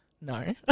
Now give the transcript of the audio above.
No